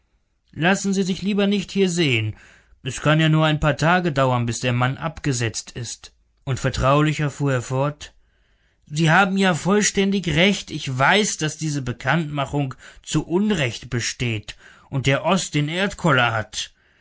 lassen sie sich lieber nicht hier sehen es kann ja nur ein paar tage dauern bis der mann abgesetzt ist und vertraulicher fuhr er fort sie haben ja vollständig recht ich weiß daß diese bekanntmachung zu unrecht besteht und der oß den erdkoller hat